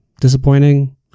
disappointing